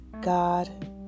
God